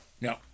No